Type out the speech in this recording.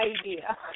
idea